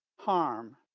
harm,